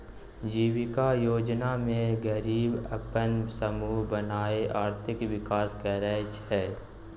जीबिका योजना मे गरीब अपन समुह बनाए आर्थिक विकास करय छै